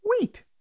wait